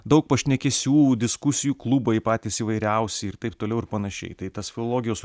daug pašnekesių diskusijų klubai patys įvairiausi ir taip toliau ir panašiai tai tas filologijos